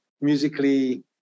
musically